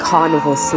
Carnival